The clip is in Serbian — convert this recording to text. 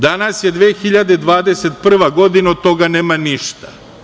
Danas je 2021. godina i od toga nema ništa.